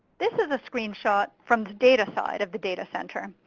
this is a screenshot from the data side of the data center.